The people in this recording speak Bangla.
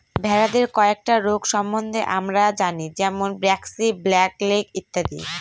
ভেড়াদের কয়েকটা রোগ সম্বন্ধে আমরা জানি যেমন ব্র্যাক্সি, ব্ল্যাক লেগ ইত্যাদি